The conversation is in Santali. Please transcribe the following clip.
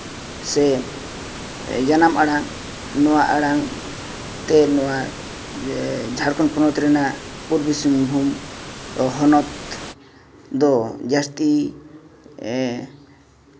ᱥᱮ ᱡᱟᱱᱟᱢ ᱟᱲᱟᱝ ᱱᱚᱣᱟ ᱟᱲᱟᱝ ᱛᱮ ᱱᱚᱣᱟ ᱡᱷᱟᱲᱠᱷᱚᱸᱰ ᱯᱚᱱᱚᱛ ᱨᱮᱱᱟᱜ ᱯᱩᱨᱵᱚ ᱥᱤᱝᱵᱷᱩᱢ ᱦᱚᱱᱚᱛ ᱫᱚ ᱡᱟᱹᱥᱛᱤ